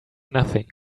nothing